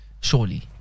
surely